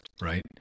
right